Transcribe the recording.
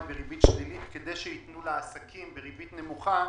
בריבית שלילית כדי שייתנו לעסקים בריבית נמוכה.